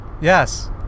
Yes